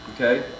Okay